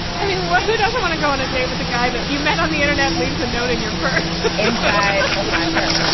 i mean, who doesn't want to go on a date with the guy but you met on the internet, leaves a note in your purse inside of my purse,